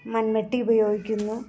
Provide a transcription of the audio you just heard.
മൺവെട്ടി ഉപയോഗിക്കുന്നു